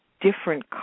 different